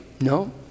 No